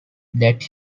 that